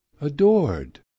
adored